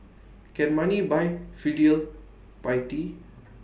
can money buy filial piety